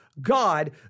God